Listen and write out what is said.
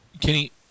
Kenny